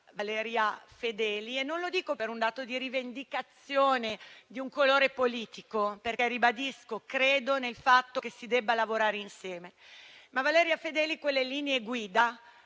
Valeria Fedeli. Non lo dico per un dato di rivendicazione di un colore politico, perché - lo ribadisco - credo nel fatto che si debba lavorare insieme. Però Valeria Fedeli quelle linee guida